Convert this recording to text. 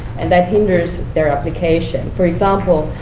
and that hinders their application. for example,